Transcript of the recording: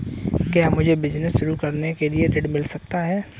क्या मुझे बिजनेस शुरू करने के लिए ऋण मिल सकता है?